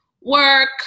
work